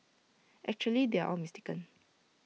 actually they are all mistaken